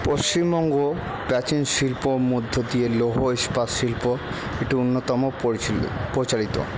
পশ্চিমবঙ্গ প্রাচীন শিল্প মধ্য দিয়ে লৌহ ইস্পাত শিল্প একটি অন্যতম প্রচারিত